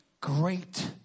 great